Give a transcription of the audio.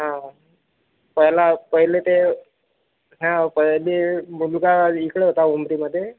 हो पहिला पहिलं ते हा पहिले मुलगा इकडे होता उमरीमध्ये